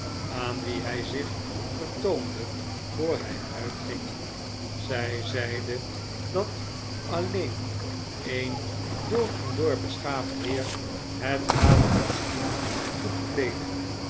aan wie hij zich vertoonde voor hij uitging zij zeide dat alleen een door en door beschaafd heer het galacostuum goed kleedde